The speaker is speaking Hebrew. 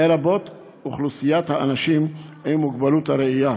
לרבות אוכלוסיית האנשים עם מוגבלות הראייה.